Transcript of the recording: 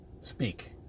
Speak